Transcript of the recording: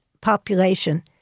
population